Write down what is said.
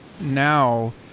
now